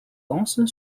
dense